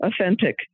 authentic-